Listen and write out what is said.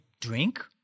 drink